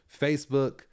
facebook